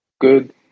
good